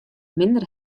minder